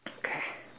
okay